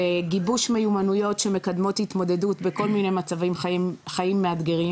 גיבוש מיומנויות שמקדמות התמודדות בכל מיני מצבי חיים מאתגרים